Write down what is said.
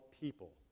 people